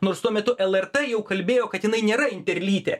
nors tuo metu lrt jau kalbėjo kad jinai nėra interlytė